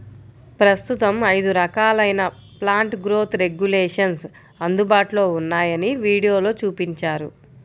ప్రస్తుతం ఐదు రకాలైన ప్లాంట్ గ్రోత్ రెగ్యులేషన్స్ అందుబాటులో ఉన్నాయని వీడియోలో చూపించారు